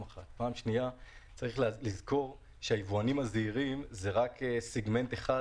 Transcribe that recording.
צריך לזכור שהיבואנים הזעירים זה רק סגמנט אחד